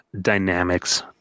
dynamics